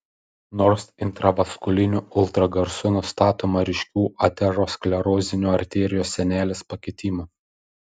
nors intravaskuliniu ultragarsu nustatoma ryškių aterosklerozinių arterijos sienelės pakitimų